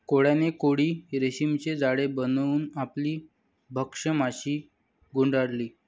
कोळ्याने कोळी रेशीमचे जाळे बनवून आपली भक्ष्य माशी गुंडाळली